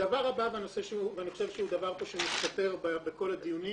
הדבר הבא ואני חושב שהוא דבר שמסתתר בכל הדיונים